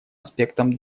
аспектам